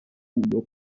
buio